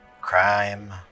crime